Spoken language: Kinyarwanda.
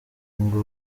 ngo